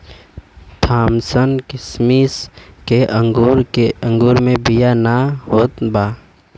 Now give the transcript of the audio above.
Thompson किसिम के अंगूर मे बिया ना होत बा